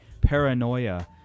Paranoia